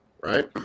right